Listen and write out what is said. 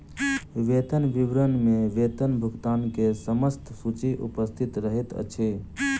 वेतन विवरण में वेतन भुगतान के समस्त सूचि उपस्थित रहैत अछि